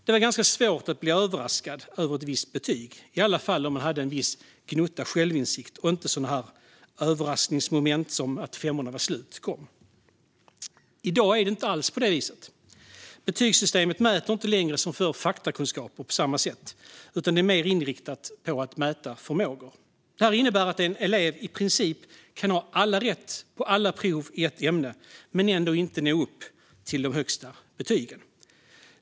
Det var ganska svårt att bli överraskad av ett visst betyg, åtminstone om man hade en gnutta självinsikt och inte överraskningsmomentet "femmorna är slut" kom. I dag är det inte alls på det viset. Betygssystemet mäter inte längre som förr faktakunskaper utan är mer inriktat på att mäta förmågor. Det innebär att en elev i princip kan ha alla rätt på alla prov i ett ämne men ändå inte nå upp till de högsta betygen.